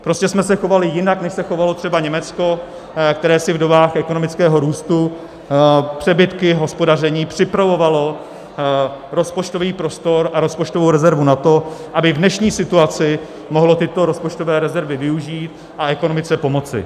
Prostě jsme se chovali jinak, než se chovalo třeba Německo, které si v dobách ekonomického růstu přebytky v hospodaření připravovalo rozpočtový prostor a rozpočtovou rezervu na to, aby v dnešní situaci mohlo tyto rozpočtové rezervy využít a ekonomice pomoci.